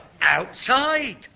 Outside